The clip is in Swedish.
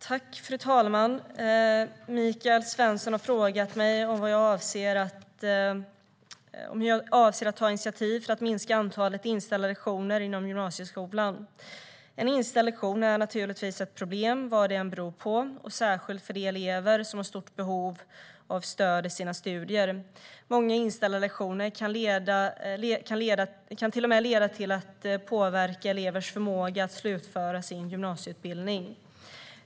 Fru talman! Michael Svensson har frågat mig vad jag avser att ta för initiativ för att minska antalet inställda lektioner inom gymnasieskolan. En inställd lektion är naturligtvis ett problem vad det än beror på, och särskilt för de elever som har stort behov av stöd i sina studier. Många inställda lektioner kan till och med påverka elevernas förmåga att slutföra sin gymnasieutbildning.